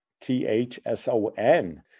T-H-S-O-N